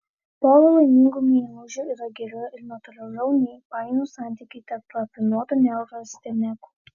pora laimingų meilužių yra geriau ir natūraliau nei painūs santykiai tarp rafinuotų neurastenikų